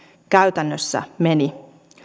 käytännössä meni